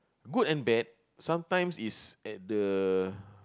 good and bad sometimes it's at the